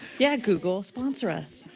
yeah, google, sponsor us.